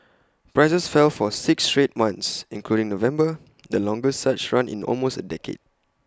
prices fell for six straight months including November the longest such run in almost A decade